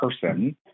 person